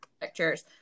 pictures